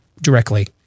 directly